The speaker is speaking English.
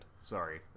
Sorry